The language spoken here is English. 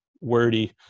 wordy